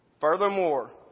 Furthermore